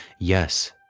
Yes